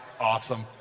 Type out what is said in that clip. Awesome